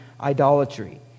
idolatry